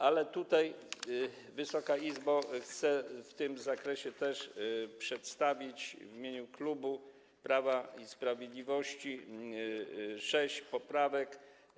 Ale tutaj, Wysoka Izbo, chcę w tym zakresie też przedstawić w imieniu klubu Prawa i Sprawiedliwości sześć poprawek.